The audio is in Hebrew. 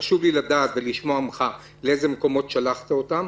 חשוב לי לדעת ולשמוע ממך לאילו מקומות שלחת אותם.